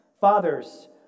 fathers